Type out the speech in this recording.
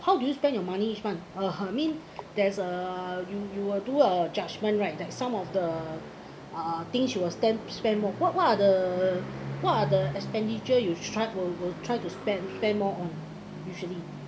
how do you spend your money each month (uh huh) mean there's a you you will do a judgement right that some of the uh things you would stamp~ spend more what what are the what other expenditure you try will will try to spend spend more on usually